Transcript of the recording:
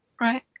Right